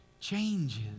changes